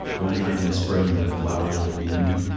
one night in spring when the flowers were blooming,